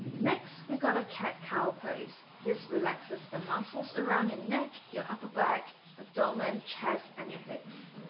next we got a cat cow pose this relaxes the muscles around your neck your upper back, abdomen, chest and your hips